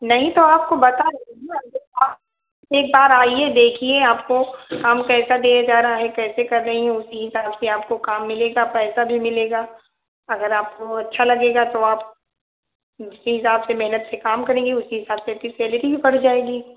नहीं तो आपको बता एक बार आईये देखिए आपको काम कैसा दिया जा रहा है कैसे कर रही हैं उसी हिसाब से आपको काम मिलेगा पैसा भी मिलेगा अगर आपको अच्छा लगेगा तो आप उसी हिसाब से मेहनत से काम करेंगी उसी हिसाब से आपकी सैलरी भी बढ़ जाएगी